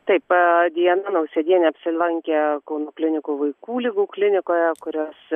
taip a diana nausėdienė apsilankė kauno klinikų vaikų ligų klinikoje kurios